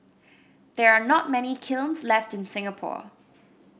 there are not many kilns left in Singapore